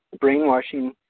brainwashing